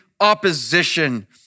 opposition